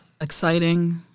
Exciting